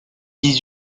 dix